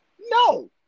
no